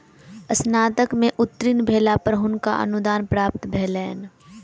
स्नातक में उत्तीर्ण भेला पर हुनका अनुदान प्राप्त भेलैन